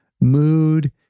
mood